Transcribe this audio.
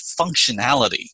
functionality